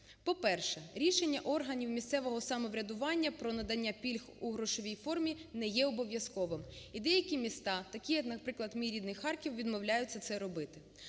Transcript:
По-перше, рішення органів місцевого самоврядування про надання пільг у грошовій формі не є обов'язковим і деякі міста, такі як, наприклад, мій рідний Харків, відмовляються це робити.